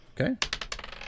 okay